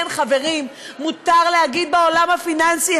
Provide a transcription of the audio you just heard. כן, חברים, מותר להגיד "הגון" בעולם הפיננסי.